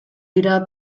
dira